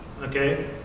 okay